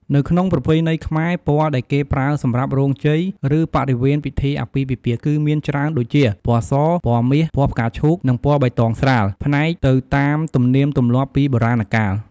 នៅក្នុងប្រពៃណីខ្មែរ ពណ៌ដែលគេប្រើសម្រាប់រោងជ័យ ឬបរិវេណពិធីអាពាហ៍ពិពាហ៍ គឺមានច្រើនដូចជា ពណ៌ស, ពណ៌មាស, ពណ៌ផ្កាឈូក, និង ពណ៌បៃតងស្រាល ផ្នែកទៅតាមទំនៀមទម្លាប់ពីបុរាណកាល។